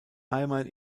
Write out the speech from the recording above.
einmal